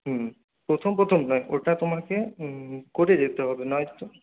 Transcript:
হুম প্রথম প্রথম নয় ওটা তোমাকে করে যেতে হবে নয়তো